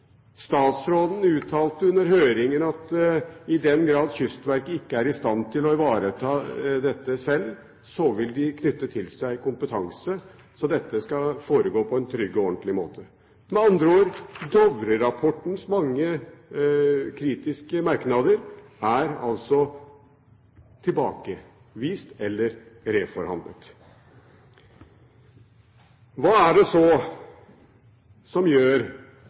den grad Kystverket ikke er i stand til å ivareta dette selv, vil de knytte til seg kompetanse. Så dette skal foregå på en trygg og ordentlig måte. Med andre ord: Dovre-rapportens mange kritiske merknader er tilbakevist eller reforhandlet. Hva er det så som gjør